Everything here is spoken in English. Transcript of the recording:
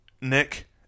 Nick